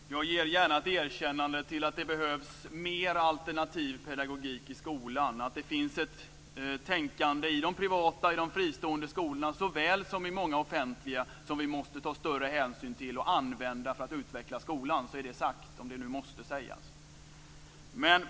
Herr talman! Jag ger gärna ett erkännande till att det behövs mer alternativ pedagogik i skolan. Det finns ett tänkande i de privata och i de fristående skolorna såväl som i många av de offentliga skolorna som vi måste ta större hänsyn till. Tänkandet skall användas för att utveckla skolan. Nu är det sagt - om det nu måste sägas.